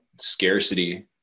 scarcity